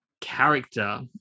character